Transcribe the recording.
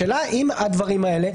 השאלה אם הדברים האלה,